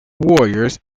warriors